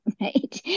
right